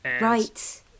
Right